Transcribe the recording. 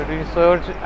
Research